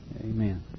Amen